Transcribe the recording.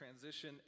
transition